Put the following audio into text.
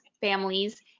families